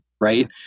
right